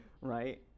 Right